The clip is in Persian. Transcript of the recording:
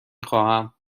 خواهم